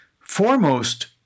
foremost